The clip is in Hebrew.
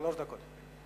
שלוש דקות.